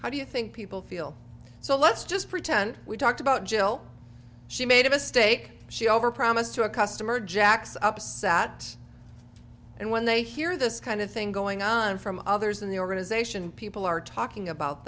how do you think people feel so let's just pretend we talked about jill she made a mistake she over promised to a customer jacks up sat and when they hear this kind of thing going on from others in the organization people are talking about